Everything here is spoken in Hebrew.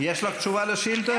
יש לך תשובה על השאילתה?